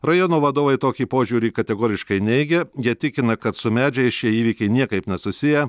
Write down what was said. rajono vadovai tokį požiūrį kategoriškai neigia jie tikina kad su medžiais šie įvykiai niekaip nesusiję